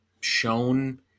shown